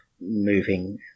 moving